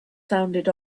sounded